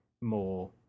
more